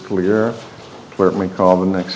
clear let me call the next